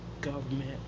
government